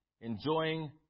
enjoying